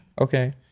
Okay